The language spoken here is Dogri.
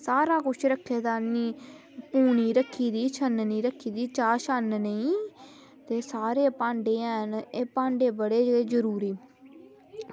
सारा कुछ रक्खे दा आह्नी पूनी रक्खी दी चाननी रक्खी दी चाह् छानने गी ते सारे भांडे हैन एह् भांडे बड़े गै जरूरी